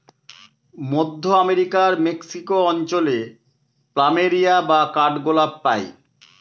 মধ্য আমেরিকার মেক্সিকো অঞ্চলে প্ল্যামেরিয়া বা কাঠগোলাপ পাই